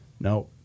No